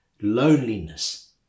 loneliness